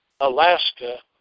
Alaska